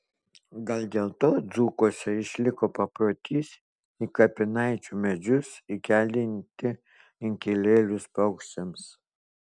gal dėl to dzūkuose išliko paprotys į kapinaičių medžius įkeldinti inkilėlius paukščiams